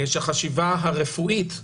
שהחשיבה הרפואית,